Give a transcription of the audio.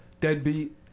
deadbeat